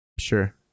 Sure